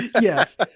Yes